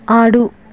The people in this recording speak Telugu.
ఆడు